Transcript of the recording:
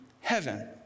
heaven